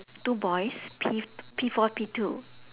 two boys P P four P two